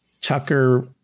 tucker